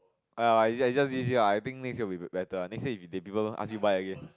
err it's just this year ah I think next year will be be better next year if people ask you buy again